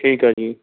ਠੀਕ ਆ ਜੀ